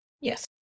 Yes